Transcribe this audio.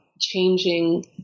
changing